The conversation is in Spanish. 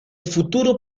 futuro